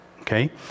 okay